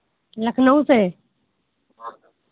लखनऊ से